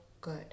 good